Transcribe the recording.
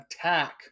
attack